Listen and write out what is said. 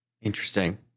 Interesting